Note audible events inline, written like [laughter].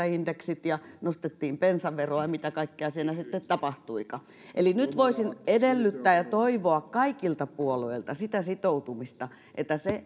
[unintelligible] indeksit ja nostettiin bensaveroa ja mitä kaikkea siinä sitten tapahtuikaan eli nyt voisin edellyttää ja toivoa kaikilta puolueilta sitä sitoutumista että se